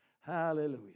Hallelujah